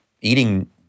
eating